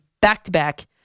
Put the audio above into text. back-to-back